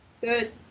good